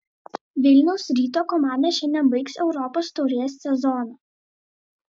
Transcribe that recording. vilniaus ryto komanda šiandien baigs europos taurės sezoną